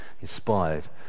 inspired